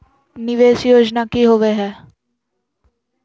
निवेस योजना की होवे है?